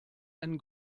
einen